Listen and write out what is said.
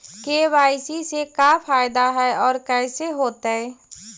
KYC से का फायदा है और कैसे होतै?